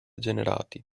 generati